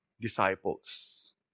disciples